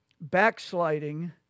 backsliding